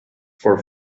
for